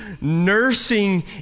nursing